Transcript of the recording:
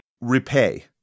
Repay